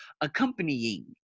accompanying